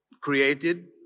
created